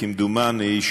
כמדומני,